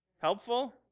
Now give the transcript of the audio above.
Helpful